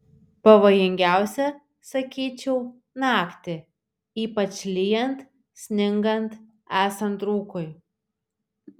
pavojingiausia sakyčiau naktį ypač lyjant sningant esant rūkui